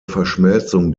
verschmelzung